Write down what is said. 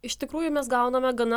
iš tikrųjų mes gauname gana